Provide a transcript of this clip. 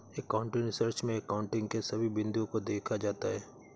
accounting research में accounting के सभी बिंदुओं को देखा जाता है